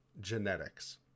genetics